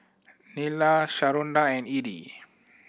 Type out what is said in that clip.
Nyla Sharonda and E D